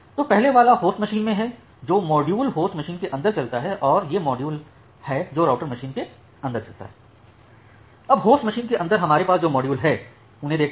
तो पहले वाला होस्ट मशीन में है जो मॉड्यूल होस्ट मशीन के अंदर चलता है और ये मॉड्यूल हैं जो राउटर मशीन के अंदर चलता है अब होस्ट मशीन के अंदर हमारे पास जो मॉड्यूल हैं उन्हें देखते हैं